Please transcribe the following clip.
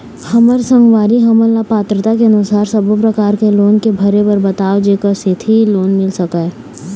हमर संगवारी हमन ला पात्रता के अनुसार सब्बो प्रकार के लोन के भरे बर बताव जेकर सेंथी लोन मिल सकाए?